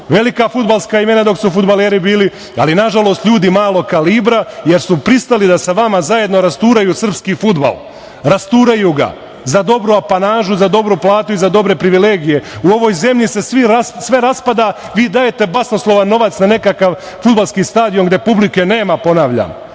velika fudbalska imena dok su fudbaleri bili, ali nažalost ljudi malog kalibra jer su pristali da sa vama zajedno rasturaju srpski fudbal. Rasturaju ga za dobru apanažu, za dobru platu i za dobre privilegije.U ovoj zemlji se sve raspada. Vi dajete basnoslovan novac za nekakav fudbalski stadion gde publike nema, ponavljam,